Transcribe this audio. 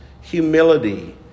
humility